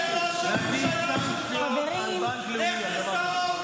להטיל סנקציות על בנק לאומי על דבר כזה.